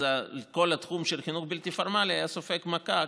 אז כל התחום של החינוך הבלתי-פורמלי היה סופג מכה,